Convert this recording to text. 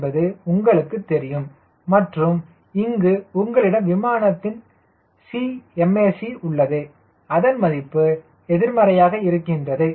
என்பது உங்களுக்கு தெரியும் மற்றும் இங்கு உங்களிடம் விமானத்தின் Cmac உள்ளது அதன் மதிப்பு எதிர்மறையாக இருக்கின்றது